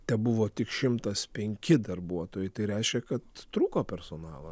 tebuvo tik šimtas penki darbuotojai tai reiškia kad trūko personalo